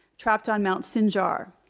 trapped on mount sinjar.